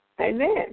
Amen